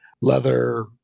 leather